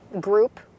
group